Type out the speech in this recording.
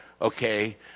okay